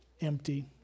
empty